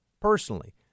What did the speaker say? personally